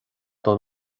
don